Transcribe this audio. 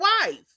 wife